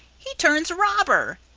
he turns robber.